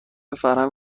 فرهنگ